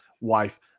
wife